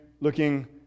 looking